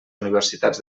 universitats